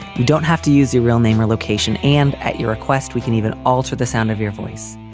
you don't have to use your real name or location, and at your request we can even alter the sound of your voice.